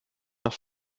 nach